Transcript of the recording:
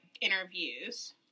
interviews